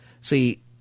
See